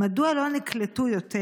2. מדוע לא נקלטו יותר?